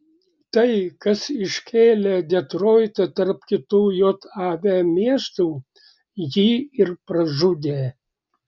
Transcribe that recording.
tai kas iškėlė detroitą tarp kitų jav miestų jį ir pražudė